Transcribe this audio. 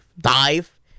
dive